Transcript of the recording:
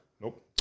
Nope